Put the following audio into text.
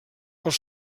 els